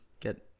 get